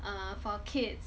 ah for kids